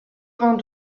vingt